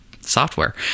software